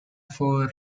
for